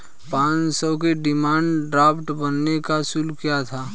पाँच सौ के डिमांड ड्राफ्ट बनाने का शुल्क क्या है?